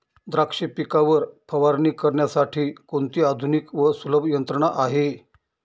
द्राक्ष पिकावर फवारणी करण्यासाठी कोणती आधुनिक व सुलभ यंत्रणा आहे?